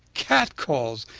catcalls,